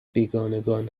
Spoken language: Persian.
بیگانگان